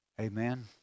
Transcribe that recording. Amen